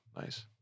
Nice